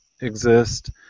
exist